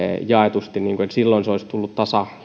jaetusti silloin se olisi tullut